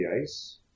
ice